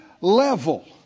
level